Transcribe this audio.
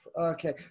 Okay